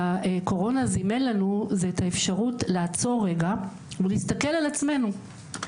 הקורונה זימן לנו זה את האפשרות לעצור רגע ולהסתכל על עצמנו.